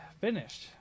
finished